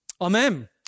Amen